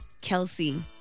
Kelsey